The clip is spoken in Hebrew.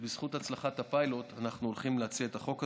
בזכות הצלחת הפיילוט אנחנו הולכים להציע את החוק הזה.